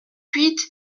huit